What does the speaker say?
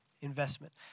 investment